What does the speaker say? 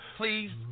please